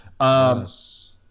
Yes